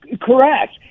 Correct